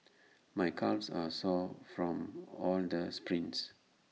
my calves are sore from all the sprints